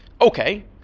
Okay